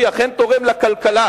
אכן תורם לכלכלה,